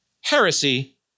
heresy